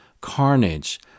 Carnage